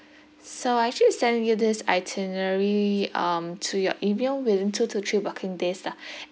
so I actually send you this itinerary um to your email within two to three working days lah